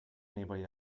anybody